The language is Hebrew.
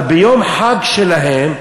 אבל ביום חג שלהם,